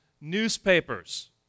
newspapers